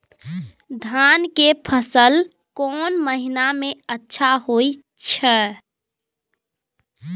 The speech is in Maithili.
धान के फसल कोन महिना में अच्छा होय छै?